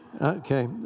Okay